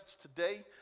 today